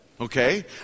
okay